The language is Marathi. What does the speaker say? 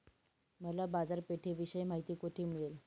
मला बाजारपेठेविषयी माहिती कोठे मिळेल?